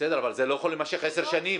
בסדר, אבל זה לא יכול להימשך עשר שנים.